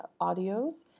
audios